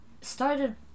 started